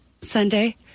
Sunday